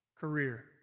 career